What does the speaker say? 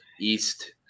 East